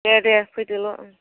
दे दे फैदोल'